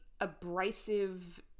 abrasive